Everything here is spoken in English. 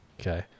Okay